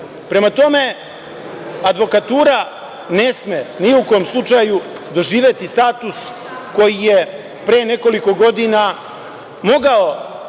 tome, advokatura ne sme ni u kom slučaju doživeti status koji je pre nekoliko godina mogao